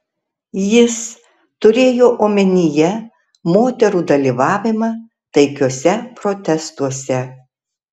jis turėjo omenyje moterų dalyvavimą taikiuose protestuose